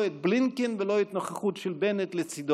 לא את בלינקן ולא את הנוכחות של בנט לצידו.